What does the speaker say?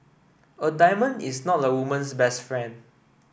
a diamond is not a woman's best friend